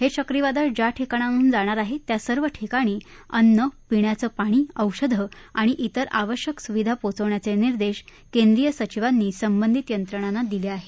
हे चक्रीवादळ ज्या ठिकाणांहून जाणार आहे त्या सर्व ठिकाणी अन्न पिण्याचं पाणी औषधं आणि ज्विर आवश्यक सुविधा पोचवण्याचे निर्देश केंद्रीय सचीव पी के सिन्हा यांनी संबधित यंत्रणांना दिले आहेत